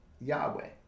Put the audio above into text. Yahweh